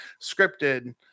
scripted